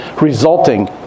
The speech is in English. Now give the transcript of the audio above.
resulting